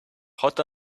hot